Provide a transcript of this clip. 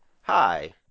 hi